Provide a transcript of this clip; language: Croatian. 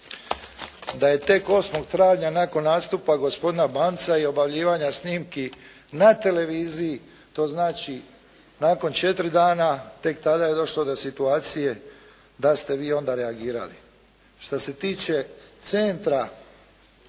da je tek 8. travnja nakon nastupa gospodina Banca i objavljivanja snimki na televiziji to znači nakon četiri dana, tek tada je došlo do situacije da ste vi onda reagirali. Što se tiče centra